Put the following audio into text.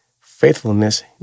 faithfulness